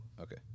Okay